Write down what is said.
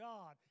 God